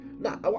now